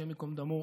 השם ייקום דמו,